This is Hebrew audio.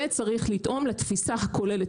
וצריך לתאום לתפיסה הכוללת.